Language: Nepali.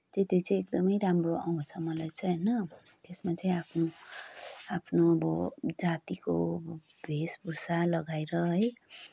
त्यो चाहिँ एकदमै राम्रो आउँछ मलाई होइन त्यसमा चाहिँ आफ्नो आफ्नो अब जातिको वेशभूषा लगाएर है